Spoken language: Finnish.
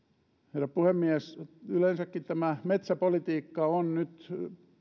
herra puhemies yleensäkin tämä metsäpolitiikka on nyt